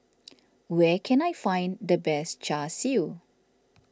where can I find the best Char Siu